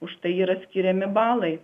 už tai yra skiriami balai